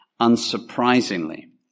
Unsurprisingly